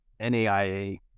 NAIA